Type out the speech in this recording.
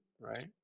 right